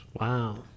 Wow